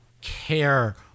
care